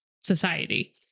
society